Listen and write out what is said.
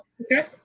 Okay